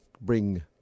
bring